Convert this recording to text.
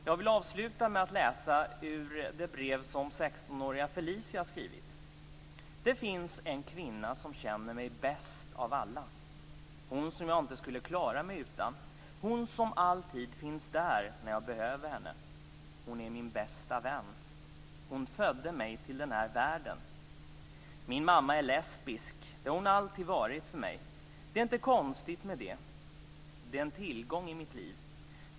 Jag vill avsluta med att läsa ur det brev som 16 åriga Felicia skrivit: "Det finns en kvinna som känner mig bäst av alla. Hon som jag inte skulle klara mig utan. Hon som alltid finns där när jag behöver henne. Hon är min bästa vän. Hon som födde mig till den här världen. Min mamma är lesbisk. Det har hon alltid varit för mig. Det är inget konstigt med det. Det är en tillgång i mitt liv.